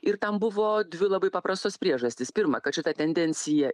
ir tam buvo dvi labai paprastos priežastys pirma kad šita tendencija